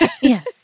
Yes